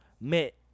met